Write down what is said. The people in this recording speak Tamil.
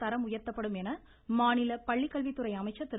தரம் உயர்த்தப்படும் என மாநில பள்ளிக்கல்வித்துறை அமைச்சர் திரு